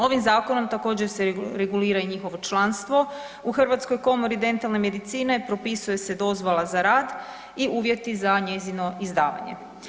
Ovim zakonom također se regulira i njihovo članstvo u Hrvatskoj komori dentalne medicine, propisuje se dozvola za rad i uvjeti za njezino izdavanje.